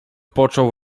począł